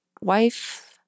wife